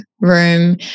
room